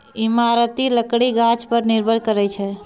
इमारती लकड़ी गाछ पर निर्भर करै छै